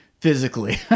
physically